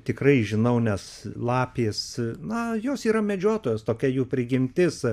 tikrai žinau nes lapės na jos yra medžiotojos tokia jų prigimtis